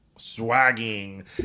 swagging